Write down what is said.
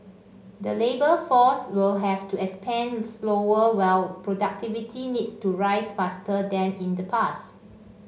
the labour force will have to expand slower while productivity needs to rise faster than in the past